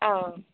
ஆ